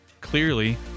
clearly